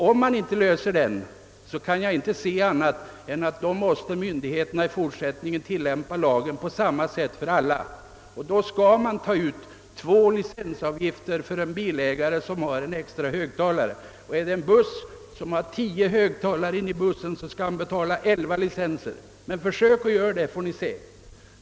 Om så inte sker, kan jag inte se annat än att myndigheterna i fortsättningen måste tillämpa lagen på samma sätt för alla. Det skulle innebära att man toge ut två licensavgifter för en bilägare som har en extra högtalare och att man för en buss med tio högtalare toge ut elva licensavgifter. Men försök göra det, så får ni se!